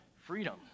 freedom